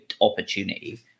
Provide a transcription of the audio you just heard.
opportunity